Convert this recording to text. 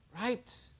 right